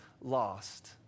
lost